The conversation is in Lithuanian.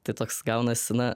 tai toks gaunasi na